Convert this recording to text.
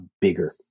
bigger